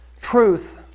truth